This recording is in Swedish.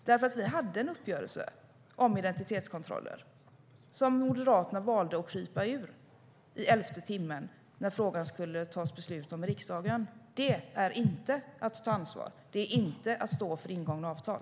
Vi hade nämligen en uppgörelse om identitetskontroller som Moderaterna valde att krypa ur i elfte timmen när det skulle tas beslut i frågan i riksdagen. Det är inte att ta ansvar. Det är inte att stå för ingångna avtal.